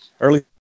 early